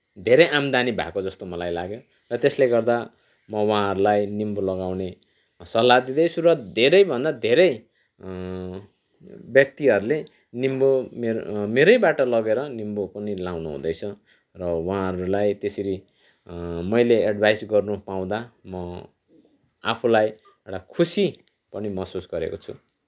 धेरै आमदानी भएको जस्तो मलाई लाग्यो र त्यसले गर्दा म उहाँहरूलाई निम्बू लगाउने सल्लाह दिँदैछु धेरैभन्दा धेरै व्यक्तिहरूले निम्बू मेरैबाट लगेर निम्बू पनि लाउनु हुँदैछ र उहाँहरूलाई त्यसरी मैले एडवाइस गर्न पाउँदा आफूलाई एउटा खुसी पनि महसुस गरेको छु